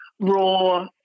raw